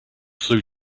flew